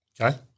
Okay